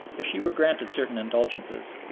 if she were granted certain indulgences,